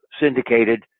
syndicated